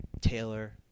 Taylor